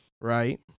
right